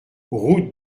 route